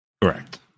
correct